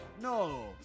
No